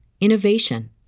innovation